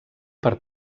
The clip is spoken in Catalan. per